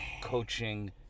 coaching